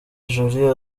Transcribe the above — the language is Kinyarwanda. jolie